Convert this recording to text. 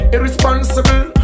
Irresponsible